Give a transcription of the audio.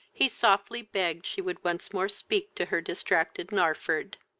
he softly begged she would once more speak to her distracted narford.